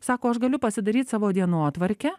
sako aš galiu pasidaryt savo dienotvarkę